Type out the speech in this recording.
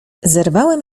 zerwałem